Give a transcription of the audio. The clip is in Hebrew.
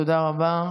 תודה רבה.